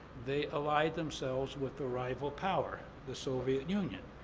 they allied themselves with the rival power, the soviet union.